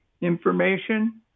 information